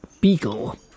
beagle